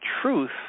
truth